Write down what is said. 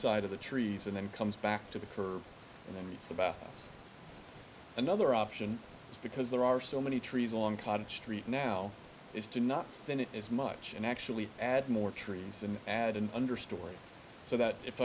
side of the trees and then comes back to the curb and then it's about another option because there are so many trees along clotted street now is to not that it is much and actually add more trees and add an understorey so that if